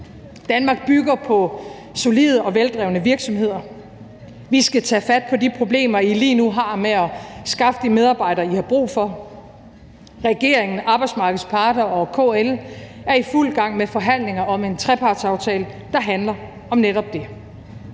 Danmark bygger på solide og veldrevne virksomheder. Vi skal tage fat på de problemer, I lige nu har med at skaffe de medarbejdere, I har brug for. Regeringen, arbejdsmarkedets parter og KL er i fuld gang med forhandlinger om en trepartsaftale, der handler om netop det.